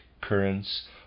currents